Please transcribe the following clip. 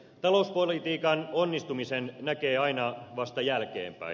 talouspolitiikan onnistumisen näkee aina vasta jälkeenpäin